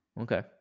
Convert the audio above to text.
okay